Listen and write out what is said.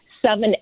seven